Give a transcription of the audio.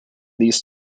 these